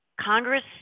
Congress